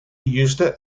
used